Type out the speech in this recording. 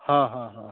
ହଁ ହଁ ହଁ